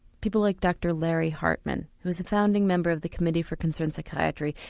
people like dr larry hartman who was a founding member of the committee for concerned psychiatry,